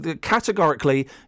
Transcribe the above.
categorically